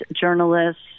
journalists